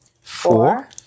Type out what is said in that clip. four